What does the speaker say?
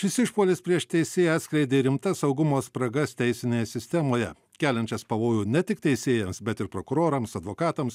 šis išpuolis prieš teisėją atskleidė rimtas saugumo spragas teisinėje sistemoje keliančias pavojų ne tik teisėjams bet ir prokurorams advokatams